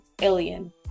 alien